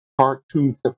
cartoons